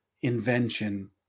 invention